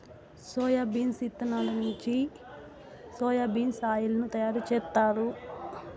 soybeans ఇత్తనాల నుంచి soya bean oil ను తయారు జేత్తారు